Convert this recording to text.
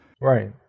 Right